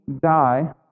die